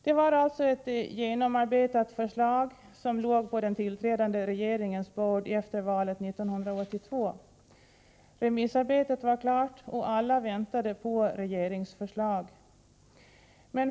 Det var alltså ett genomarbetat förslag som låg på den tillträdande regeringens bord efter valet 1982. Remissarbetet var klart, och alla väntade på regeringsförslag.